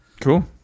cool